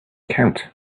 count